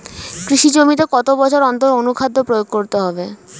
কৃষি জমিতে কত বছর অন্তর অনুখাদ্য প্রয়োগ করতে হবে?